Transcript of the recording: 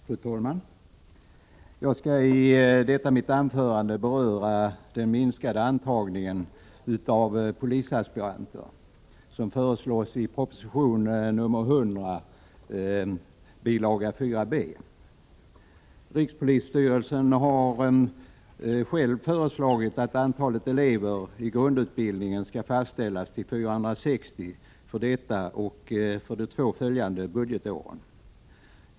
Fru talman! Jag skall i detta mitt anförande beröra den minskade antagning av polisaspiranter som föreslås i proposition nr 100, bil. 4 B. Rikspolisstyrelsen har föreslagit att antalet elever i grundutbildningen skall fastställas till 460 för detta och de två följande budgetåren.